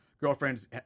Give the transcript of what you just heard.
girlfriend's